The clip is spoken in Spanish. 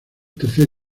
tercer